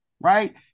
right